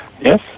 Yes